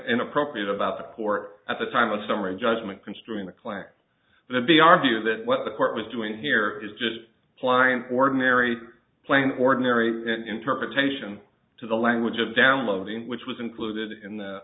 inappropriate about the court at the time of summary judgment construing the collector the b argue that what the court was doing here is just applying ordinary plain ordinary interpretation to the language of downloading which was included in the